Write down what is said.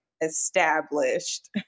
established